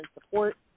support